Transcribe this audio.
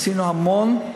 ועשינו המון,